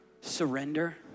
Surrender